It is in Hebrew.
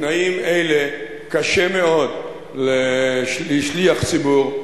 בתנאים אלה קשה מאוד לשליח ציבור,